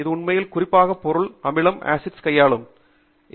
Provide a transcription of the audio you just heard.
இந்த உண்மையில் குறிப்பாக பொருள் மற்றும் அமிலம் கையாளுவதற்கு